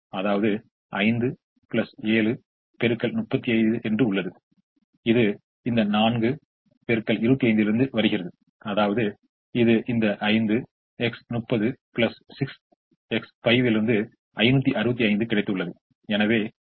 எனவே u1 என்பது 0 எனவே 0 v1 8 மற்றும் அது நமக்கு v1 8 ஐ வழங்கும் இப்போது ui vj Cij என்று கிடைக்கும் இப்போது இங்கே மற்றொரு ஒதுக்கீடு உள்ளது அதாவது ui vj Cij u1 v3 7 இங்கே 7 என்பது Cij ஆகும் மேலும் u1 v3 7 அதில் u1 என்பது 0 ஆகும் எனவே v3 என்பது 7 ஆகும்